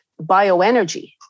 bioenergy